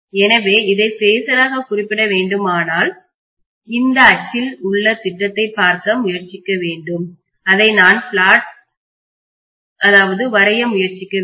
எனவே இதை பேஷராக குறிப்பிட விரும்பினால் இந்த அச்சில் உள்ள திட்டத்தைப் பார்க்க முயற்சிக்க வேண்டும் அதை நான் பிளாட் வரைய முயற்சிக்க வேண்டும்